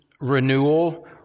renewal